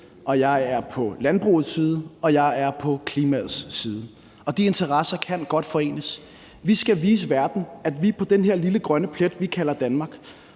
jeg er på landbrugets side, og jeg er på klimaets side, og de interesser kan godt forenes. Vi skal vise verden, at vi på den her lille grønne plet, som vi kalder Danmark,